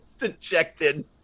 dejected